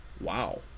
Wow